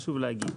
חשוב להגיד,